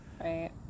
right